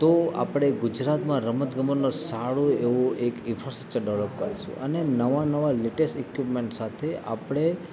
તો આપણે ગુજરાતમાં રમત ગમતનો સારો એવો એક ઇન્ફ્રાસ્ટ્રકચર ડેવલોપ કરીશું અને મને નવા નવા લેટેસ્ટ ઇક્વિપમેન્ટ સાથે આપણે